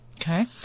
Okay